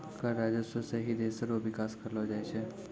कर राजस्व सं ही देस रो बिकास करलो जाय छै